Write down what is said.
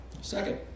Second